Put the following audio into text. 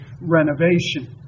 renovation